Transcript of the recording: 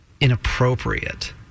Inappropriate